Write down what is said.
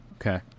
okay